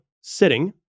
sitting